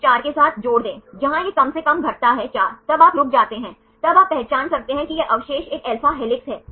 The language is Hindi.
इस 4 के साथ जोड़ दें जहां यह कम से कम घटता है 4 तब आप रुक जाते हैं तब आप पहचान सकते हैं कि यह अवशेष एक alpha हेलिक्स है